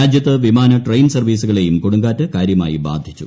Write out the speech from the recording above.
രാജ്യത്ത് വിമാന ട്രെയിൻ സർപ്പീസുകളെയും കൊടുങ്കാറ്റ് കാര്യമായി ബാധിച്ചു